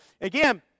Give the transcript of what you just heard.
Again